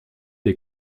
des